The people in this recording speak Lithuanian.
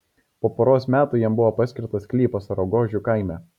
po poros metų jam buvo paskirtas sklypas ragožių kaime